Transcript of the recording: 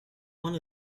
one